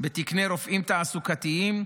בתקני רופאים תעסוקתיים,